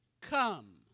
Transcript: come